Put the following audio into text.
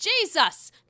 Jesus